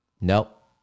nope